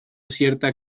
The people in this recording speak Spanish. cierta